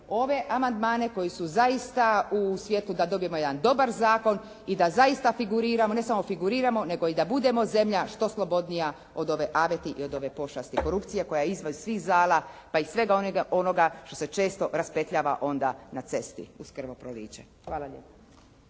ove amandmane koji su zaista u svijetu da dobijemo jedan dobar zakon i da zaista figuriramo, ne samo da figuriramo nego i da budemo zemlja što slobodnija od ove aveti i ove pošasti korupcije koja je izvan svih zala pa i svega onoga što se često raspetljava onda na cesti uz krvoproliće. Hvala lijepo.